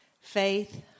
Faith